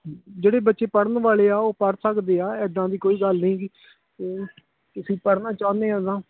ਜਿਹੜੇ ਬੱਚੇ ਪੜ੍ਹਨ ਵਾਲੇ ਆ ਉਹ ਪੜ੍ਹ ਸਕਦੇ ਆ ਇੱਦਾਂ ਦੀ ਕੋਈ ਗੱਲ ਨਹੀਂ ਗੀ ਤੁਸੀਂ ਪੜ੍ਹਨਾ ਚਾਹੁੰਦੇ ਆ ਅਗਾਂਹ